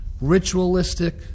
ritualistic